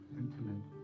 intimate